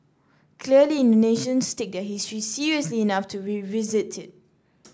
clearly Indonesians take their history seriously enough to revisit it